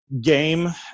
game